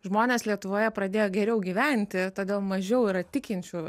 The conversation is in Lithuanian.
žmonės lietuvoje pradėjo geriau gyventi todėl mažiau yra tikinčių